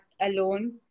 alone